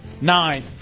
Nine